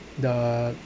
the